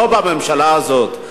לא בממשלה הזאת,